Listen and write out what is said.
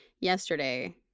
yesterday